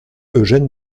eugène